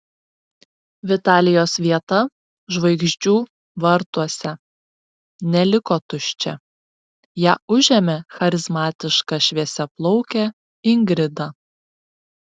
vitalijos vieta žvaigždžių vartuose neliko tuščia ją užėmė charizmatiška šviesiaplaukė ingrida